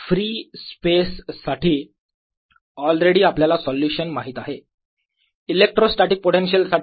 free space साठी already आपल्याला solution माहीत आहेत इलेक्ट्रोस्टॅटीक पोटेन्शियल साठी